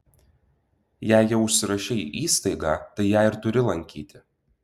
jei jau užsirašei į įstaigą tai ją ir turi lankyti